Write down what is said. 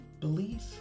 belief